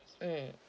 mmhmm